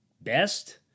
best